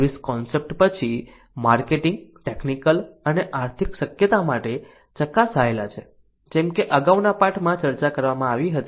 service concept પછી marketing technical અને આર્થિક શક્યતા માટે ચકાસાયેલ છે જેમ કે અગાઉના પાઠમાં ચર્ચા કરવામાં આવી હતી